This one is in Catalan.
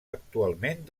actualment